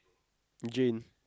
gym